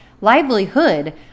livelihood